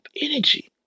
energy